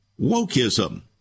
wokeism